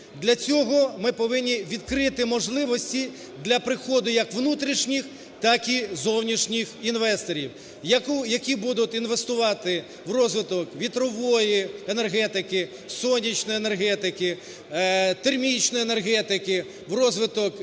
Для цього ми повинні відкрити можливості для приходу як внутрішніх, так із зовнішніх інвесторів, які будуть інвестувати в розвиток вітрової енергетики, сонячної енергетики, термічної енергетики, в